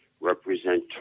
represent